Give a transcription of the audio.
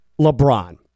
LeBron